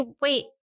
wait